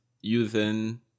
using